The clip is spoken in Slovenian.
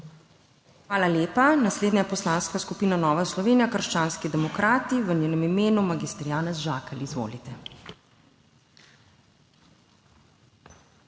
Hvala lepa. Naslednja je Poslanska skupina Nova Slovenija – krščanski demokrati, v njenem imenu mag. Janez Žakelj. Izvolite.